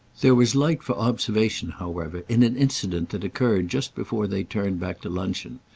there was light for observation, however, in an incident that occurred just before they turned back to luncheon.